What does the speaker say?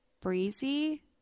breezy